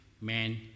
man